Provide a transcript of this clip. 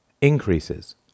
increases